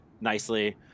nicely